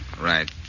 Right